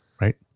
right